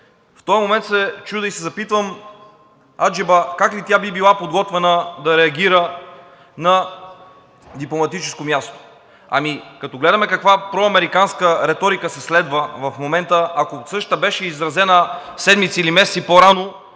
В този момент се чудя и се запитвам аджеба как ли тя би била подготвена да реагира на дипломатическо място. Ами като гледаме каква проамериканска реторика се следва в момента, ако същата беше изразена седмици или месеци по-рано,